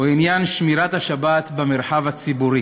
הוא עניין שמירת השבת במרחב הציבורי